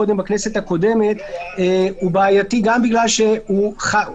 הקודמת והפכנו אותו לקבוע לגבי עובדים זרים לסיעוד,